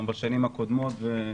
בשנים הקודמות.